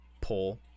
pull